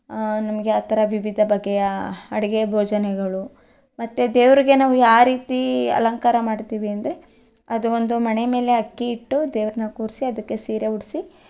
ನಮಗೆ ಆ ಥರ ವಿವಿಧ ಬಗೆಯ ಅಡುಗೆ ಭೋಜನಗಳು ಮತ್ತು ದೇವರಿಗೆ ನಾವು ಯಾವ ರೀತಿ ಅಲಂಕಾರ ಮಾಡ್ತೀವಿ ಅಂದರೆ ಅದು ಒಂದು ಮಣೆ ಮೇಲೆ ಅಕ್ಕಿ ಇಟ್ಟು ದೇವ್ರನ್ನ ಕೂರಿಸಿ ಅದಕ್ಕೆ ಸೀರೆ ಉಡಿಸಿ